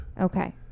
Okay